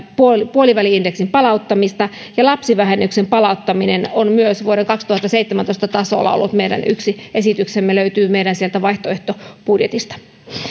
puoliväli indeksin palauttamista ja lapsivähennyksen palauttaminen vuoden kaksituhattaseitsemäntoista tasolle on myös ollut meidän yksi esityksemme löytyy sieltä meidän vaihtoehtobudjetistamme